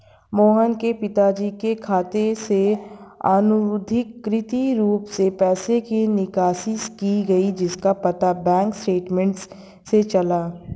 मोहन के पिताजी के खाते से अनधिकृत रूप से पैसे की निकासी की गई जिसका पता बैंक स्टेटमेंट्स से चला